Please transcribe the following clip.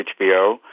HBO